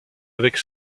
avec